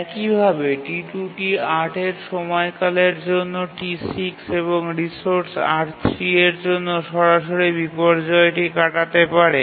একইভাবে T2 টি ৮ এর সময়কালের জন্য T6 এবং রিসোর্স R3 এর জন্য সরাসরি বিপর্যয়টি কাটাতে পারে